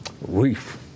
reef